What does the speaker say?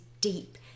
deep